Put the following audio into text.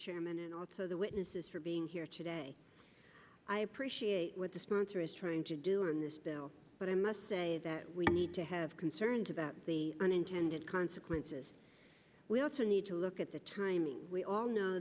chairman and also the witnesses for being here today i appreciate what the sponsor is trying to do on this bill but i must say that we need to have concerns about the unintended consequences we also need to look at the timing we all know